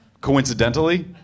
coincidentally